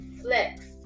flex